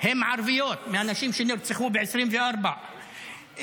לך לערוך נאום של עשר דקות עכשיו.